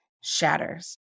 shatters